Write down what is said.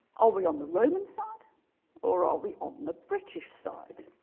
are we on the roman side or are we on the british side